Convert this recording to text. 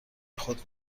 خود